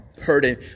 hurting